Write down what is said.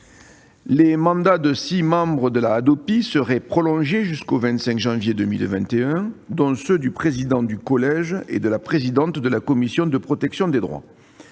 Les mandats de six membres de la Hadopi seraient prolongés jusqu'au 25 janvier 2021, dont ceux du président du collège et de la présidente de la commission de protection des droits.